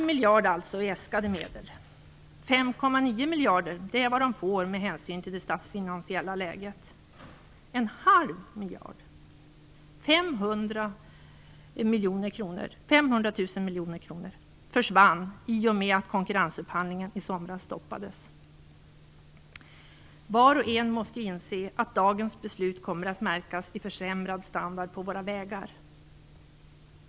miljarder är vad man får med hänsyn till det statsfinansiella läget. 0,5 miljarder kronor - 500 000 miljoner kronor! - försvann i och med att konkurrensupphandlingen i somras stoppades. Var och en måste inse att dagens beslut kommer att märkas i försämrad standard på våra vägar.